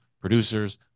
producers